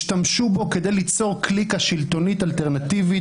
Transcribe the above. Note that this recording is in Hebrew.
השתמשו בו כדי ליצור קליקה שלטונית אלטרנטיבית,